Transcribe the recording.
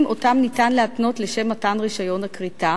שאותם ניתן להתנות לשם מתן רשיון הכריתה,